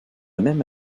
même